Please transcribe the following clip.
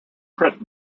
print